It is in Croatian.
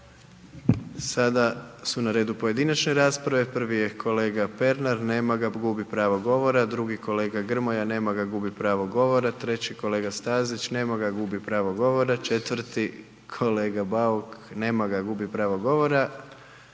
Sada su na redu pojedinačne rasprave, prvi je kolega Pernar, nema ga, gubi pravo govora, drugi, kolega Grmoja, nema ga, gubi pravo govora, treći kolega Stazić, nema ga, gubi pravo govora, četvrti kolega Bauk, nema ga, gubi pravo govora,